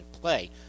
play